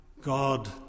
God